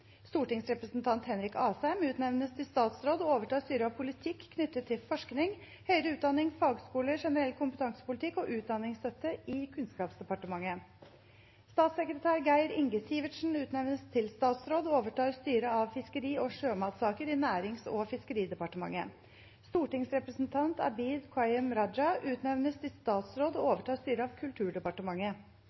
Stortingsrepresentant Henrik Asheim utnevnes til statsråd og overtar styret av politikk knyttet til forskning, høyere utdanning, fagskoler, generell kompetansepolitikk og utdanningsstøtte i Kunnskapsdepartementet. Statssekretær Geir Inge Sivertsen utnevnes til statsråd og overtar styret av fiskeri- og sjømatsaker i Nærings- og fiskeridepartementet. Stortingsrepresentant Abid Qayyum Raja utnevnes til statsråd og overtar styret av Kulturdepartementet.